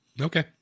Okay